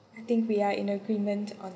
I think we are in agreement on